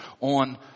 on